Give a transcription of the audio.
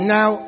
Now